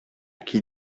qui